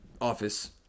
office